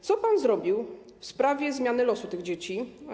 Co pan zrobił w sprawie zmiany losu tych dzieci?